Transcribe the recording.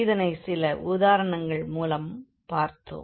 இதனை சில உதாரணங்கள் மூலம் பார்த்தோம்